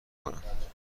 کنم